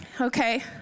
Okay